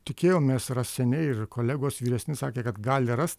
tikėjomės rast seniai ir kolegos vyresni sakė kad gali rast